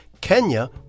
Kenya